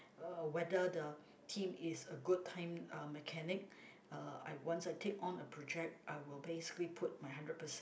uh whether the team is a good time uh mechanic uh I once I take on a project I will basically put my hundred percent